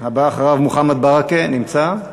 הבא אחריו, מוחמד ברכה, נמצא?